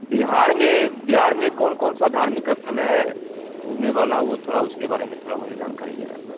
बिहार में बिहार में कौन कौन सा धार्मिक स्थल है घूमने वाला वो थोड़ा उसके बारे में थोड़ा मुझे जानकारी लेना था